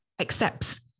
accepts